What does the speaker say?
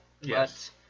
Yes